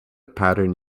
pattern